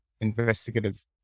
investigative